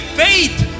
faith